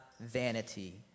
vanity